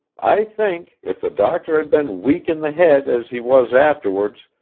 i think, if the doctor had been weak in the head as he was afterwards,